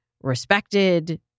respected